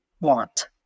want